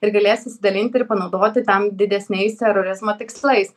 ir galės išsidalinti ir panaudoti tam didesniais terorizmo tikslais